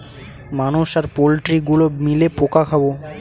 মানুষ আর পোল্ট্রি গুলো মিলে পোকা খাবো